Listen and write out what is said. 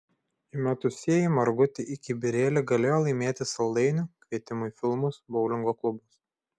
įmetusieji margutį į kibirėlį galėjo laimėti saldainių kvietimų į filmus boulingo klubus